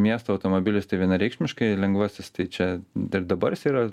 miesto automobilis tai vienareikšmiškai lengvasis tai čia ir dabar jis yra